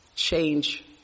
Change